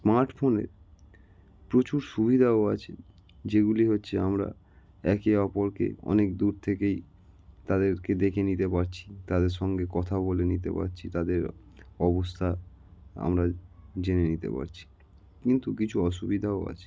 smart ফোনে প্রচুর সুবিধাও আছে যেগুলি হচ্ছে আমরা একে অপরকে অনেক দূর থেকেই তাদেরকে দেখে নিতে পারছি তাদের সঙ্গে কথা বলে নিতে পারছি তাদের অবস্থা আমরা জেনে নিতে পারছি কিন্তু কিছু অসুবিধাও আছে